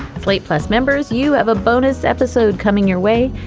slate plus members, you have a bonus episode coming your way.